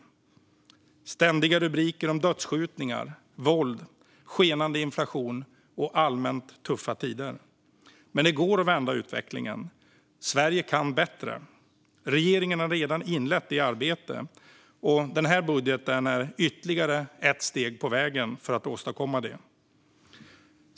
Det är ständiga rubriker om dödsskjutningar, våld, skenande inflation och allmänt tuffa tider. Men det går att vända utvecklingen - Sverige kan bättre. Regeringen har redan inlett det arbetet, och denna budget är ytterligare ett steg på vägen mot att åstadkomma det.